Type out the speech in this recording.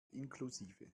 inklusive